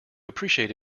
appreciate